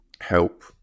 help